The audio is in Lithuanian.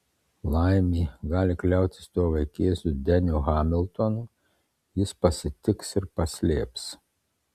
laimė gali kliautis tuo vaikėzu deniu hamiltonu jis pasitiks ir paslėps